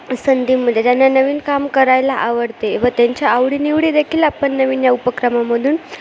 संधी मिळते त्यांना नवीन काम करायला आवडते व त्यांच्या आवडीनिवडी देखील आपण नवीन या उपक्रमामधून